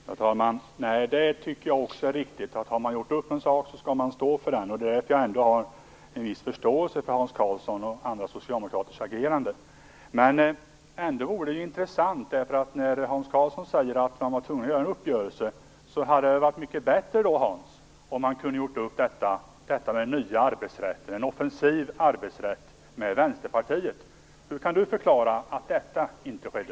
Fru talman! Nej, det tycker jag också är riktigt. Har man gjort upp en sak skall man stå för den. Det är därför jag har en viss förståelse för Hans Karlssons och andra socialdemokraters agerande. Ändå vore det intressant. När Hans Karlsson säger att man var tvungen att träffa en uppgörelse tycker jag att det hade varit mycket bättre om man hade kunnat göra upp om den nya arbetsrätten, en offensiv arbetsrätt, med Vänsterpartiet. Hur kan Hans Karlsson förklara att detta inte skedde?